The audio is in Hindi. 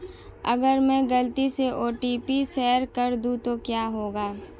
अगर मैं गलती से ओ.टी.पी शेयर कर दूं तो क्या होगा?